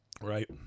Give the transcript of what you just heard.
Right